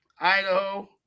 Idaho